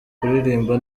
kuririmba